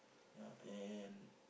ya and